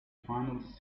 finals